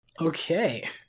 Okay